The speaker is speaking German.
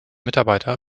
mitarbeiter